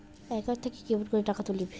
Account থাকি কেমন করি টাকা তুলিম?